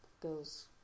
goes